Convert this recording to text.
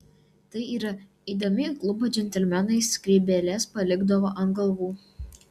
tai yra eidami į klubą džentelmenai skrybėles palikdavo ant galvų